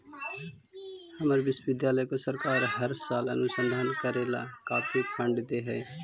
हमर विश्वविद्यालय को सरकार हर साल अनुसंधान करे ला काफी फंड दे हई